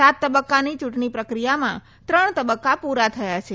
સાત તબક્કાની ચૂંટણી પ્રક્રિયામાં ત્રણ તબક્કા પૂરાં થયા છે